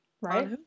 Right